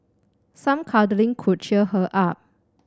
some cuddling could cheer her up